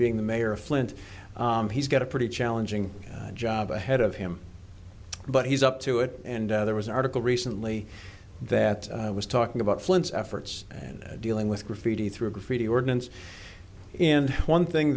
being the mayor of flint he's got a pretty challenging job ahead of him but he's up to it and there was an article recently that i was talking about flynt's efforts and dealing with graffiti through a graffiti ordinance and one thing